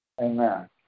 Amen